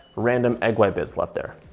random egg white bits left there.